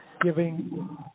Giving